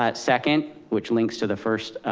but second, which links to the first,